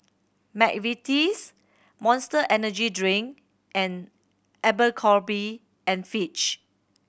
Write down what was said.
McVitie's Monster Energy Drink and Abercrombie and Fitch